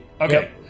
Okay